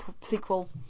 sequel